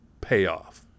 payoff